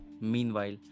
Meanwhile